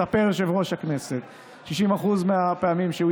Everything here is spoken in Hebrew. מספר יושב-ראש הכנסת שב-60% מהפעמים שבהן